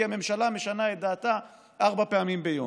כי הממשלה משנה את דעתה ארבע פעמים ביום.